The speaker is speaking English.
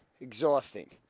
exhausting